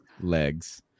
legs